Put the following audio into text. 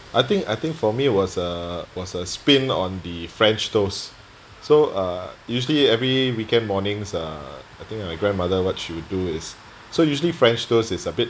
I think I think for me was uh was a spin on the french toast so uh usually every weekend mornings uh I think my grandmother what she would do is so usually french toast is a bit